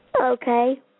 okay